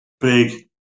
big